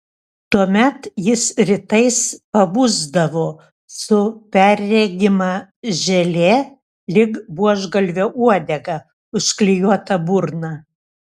tuomet jis rytais pabusdavo su perregima želė lyg buožgalvio uodega užklijuota burna